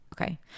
Okay